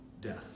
death